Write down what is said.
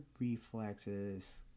reflexes